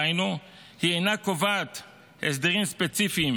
דהיינו, היא אינה קובעת הסדרים ספציפיים